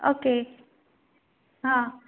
okay आं